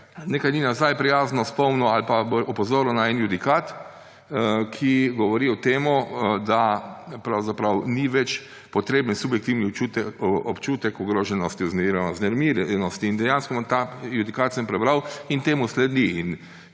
nekaj dni nazaj prijazno spomnil ali pa opozoril na en judikat, ki govori o tem, da pravzaprav ni več potreben subjektivni občutek ogroženosti oziroma vznemirjenosti in dejansko ta judikat sem prebral in temu sledi.